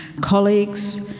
colleagues